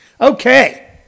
Okay